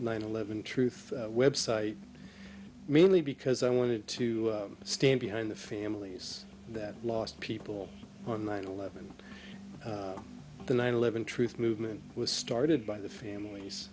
nine eleven truth website mainly because i wanted to stand behind the families that lost people on nine eleven the nine eleven truth movement was started by the families